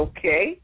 Okay